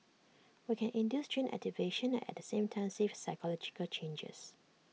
we can induce gene activation at the same time see physiological changes